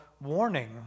warning